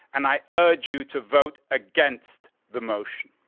and i urge you to vote against the motion.